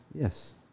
Yes